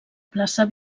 plaça